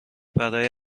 برای